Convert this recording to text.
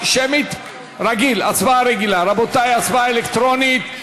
הצבעה אלקטרונית.